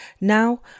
Now